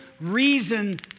reason